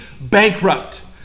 bankrupt